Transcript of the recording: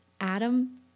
Adam